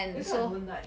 that's why I I don't like